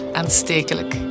aanstekelijk